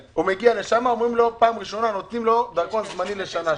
בפעם הראשונה נותנים לו דרכון זמני לשנה.